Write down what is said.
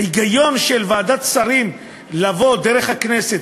ההיגיון של ועדת השרים לבוא דרך הכנסת